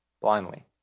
blindly